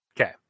okay